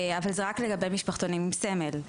אבל זה רק לגבי משפחתונים עם סמל.